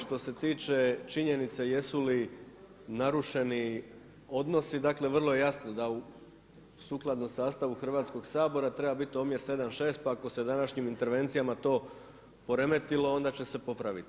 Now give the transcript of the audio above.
Što se tiče činjenice jesu li narušeni odnosi, dakle vrlo je jasno da sukladno sastavu Hrvatskog sabora treba biti omjer 7:6 pa ako se današnjim intervencijama to poremetilo onda će se popraviti.